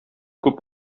күп